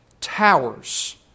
towers